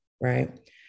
right